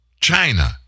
China